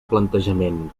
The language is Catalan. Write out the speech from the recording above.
plantejament